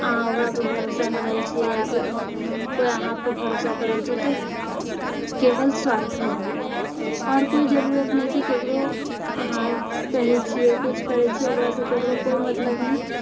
अहाँ ओकरपर भरोसा कए रहल छिए या फिर केओ अहाँपर भरोसा कए रहलछै तऽ केवल स्वार्थके लिए आओर कोइ जरूरत नहि छै ककरो अहाँ कहै छिऐ किछु करैत छिए ओकरासँ ककरो केओ मतलब नहि